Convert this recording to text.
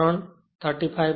current 35